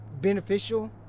beneficial